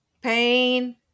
pain